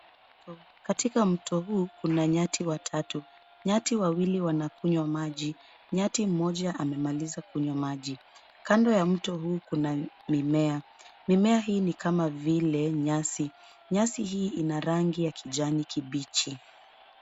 Katika mto huu kuna nyati watatu. Nyati wawili wana kunywa maji. Nyati mmoja amemaliza kunywa maji. Kando ya mto huu kuna mimea. Mimea hii ni kama vile nyasi. Nyasi hii ni ya rangi ya kijani kibichi.